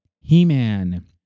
he-man